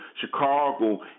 Chicago